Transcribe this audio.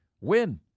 win